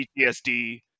ptsd